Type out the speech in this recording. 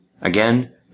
Again